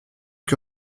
que